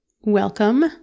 welcome